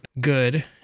good